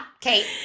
Kate